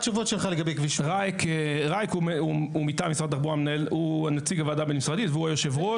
ראיק הוא נציג הוועדה הבין-משרדית והוא היושב-ראש